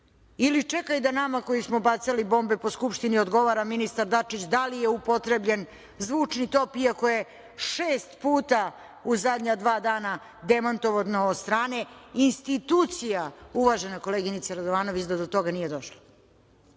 ili čekaj da nama koji smo bacali bombe po Skupštini odgovara ministar Dačić da li je upotrebljeni zvučni top, iako je šest puta u zadnja dva dana demantovano od strane institucija, uvažene koleginice Radovanović, da do toga nije došlo. To